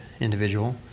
individual